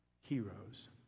heroes